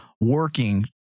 working